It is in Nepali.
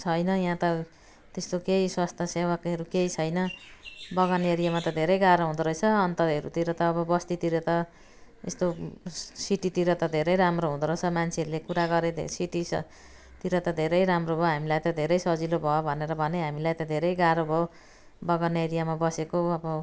छैन यहाँ त त्यस्तो केही स्वास्थ्य सेवा केहीहरू केही छैन बगान एरियामा त धेरै गाह्रो हुँदोरहेछ अन्तहरूतिर त अब बस्तीतिर त यस्तो सिटीतिर त धेरै राम्रो हुँदोरहेछ मान्छेहरूले कुरा गरे सिटी स तिर त धेरै राम्रो भयो हामीलाई त धेरै सजिलो भयो भनेर भने हामीलाई त धेरै गाह्रो भयो बगान एरियामा बसेको अब